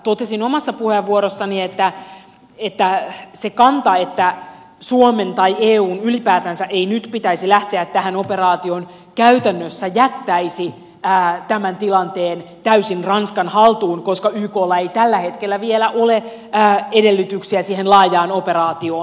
totesin omassa puheenvuorossani että se kanta että suomen tai eun ylipäätänsä ei nyt pitäisi lähteä tähän operaatioon käytännössä jättäisi tämän tilanteen täysin ranskan haltuun koska yklla ei tällä hetkellä vielä ole edellytyksiä siihen laajaan operaatioon lähteä